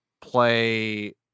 play